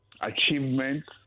achievements